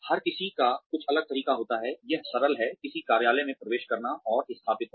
हर किसी का कुछ अलग तरीका होता है यह सरल है किसी कार्यालय में प्रवेश करना और स्थापित होना